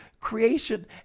creation